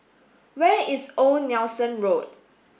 where is Old Nelson Road